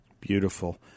Beautiful